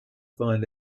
find